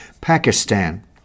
Pakistan